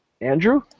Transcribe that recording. Andrew